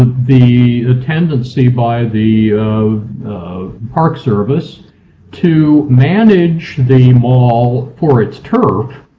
the ah tendency by the park service to manage the mall for its turf,